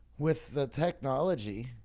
with the technology.